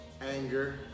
anger